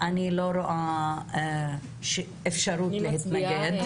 אני לא רואה אפשרות להתנגד.